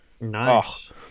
nice